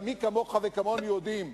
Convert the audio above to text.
מי כמוך וכמוני יודעים,